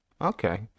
Okay